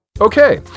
Okay